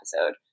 episode